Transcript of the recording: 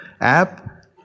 app